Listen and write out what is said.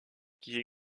qui